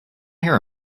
here